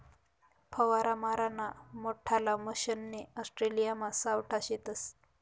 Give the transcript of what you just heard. फवारा माराना मोठल्ला मशने ऑस्ट्रेलियामा सावठा शेतस